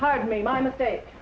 pardon me my mistake